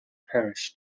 parish